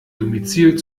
domizil